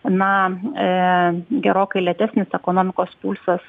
na e gerokai lėtesnis ekonomikos pulsas